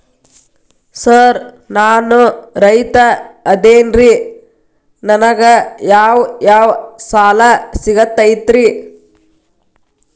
Sir ನಾನು ರೈತ ಅದೆನ್ರಿ ನನಗ ಯಾವ್ ಯಾವ್ ಸಾಲಾ ಸಿಗ್ತೈತ್ರಿ?